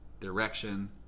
direction